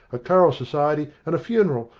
a choral society and a funeral.